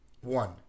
One